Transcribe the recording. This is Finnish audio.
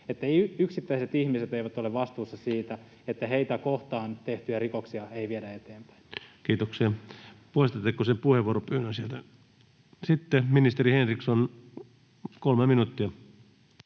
että yksittäiset ihmiset eivät ole vastuussa siitä, että heitä kohtaan tehtyjä rikoksia ei viedä eteenpäin. Kiitoksia. — Sitten ministeri Henriksson, 3 minuuttia.